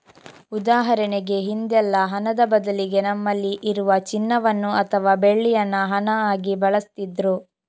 ಉದಾಹರಣೆಗೆ ಹಿಂದೆಲ್ಲ ಹಣದ ಬದಲಿಗೆ ನಮ್ಮಲ್ಲಿ ಇರುವ ಚಿನ್ನವನ್ನ ಅಥವಾ ಬೆಳ್ಳಿಯನ್ನ ಹಣ ಆಗಿ ಬಳಸ್ತಿದ್ರು